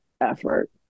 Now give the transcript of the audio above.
effort